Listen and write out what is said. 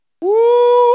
Woo